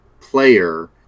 player